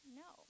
no